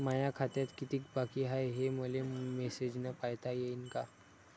माया खात्यात कितीक बाकी हाय, हे मले मेसेजन पायता येईन का?